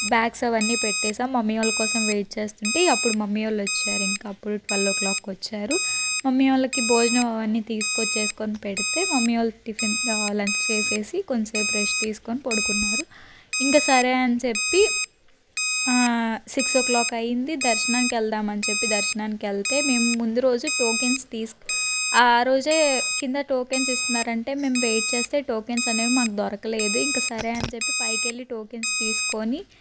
box అవన్నీ పెట్టేసాం mummy వాళ్ళ కోసం వెయిట్ చేస్తుంటే అప్పుడు మమ్మీ వాళ్ళు వచ్చారు ఇంకా అప్పుడు ట్వెల్వ్ ఓ క్లాక్కి వచ్చారు మమ్మీ వాళ్ళకి భోజనం అవన్ని తీసుకొచ్చి పెడితే మమ్మీ వాళ్ళు టిఫిన్ లంచ్ చేసేసి కొంసేపు రెస్ట్ తీసుకొని పడుకున్నారు ఇంకా సరే అని చెప్పి సిక్స్ ఓ క్లాక్ అయింది దర్శనంకి వెళ్దాం అని చెప్పి దర్శనానికి వెళ్తే మేము ముందు రోజు టోకెన్స్ తీసుకొని ఆ రోజే కింద టోకెన్స్ ఇస్తున్నారంటే మేము వెయిట్ చేస్తే టోకెన్స్ అనేవి మాకు దొరకలేదు ఇంకా సరే అని చెప్పి పైకెళ్ళి టోకెన్స్ తీసుకొని